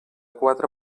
quatre